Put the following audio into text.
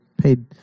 paid